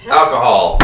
alcohol